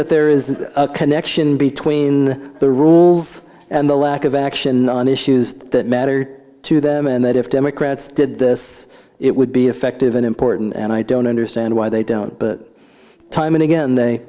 that there is a connection between the rules and the lack of action on issues that matter to them and that if democrats did this it would be effective in important and i don't understand why they don't but time and again they